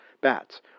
bats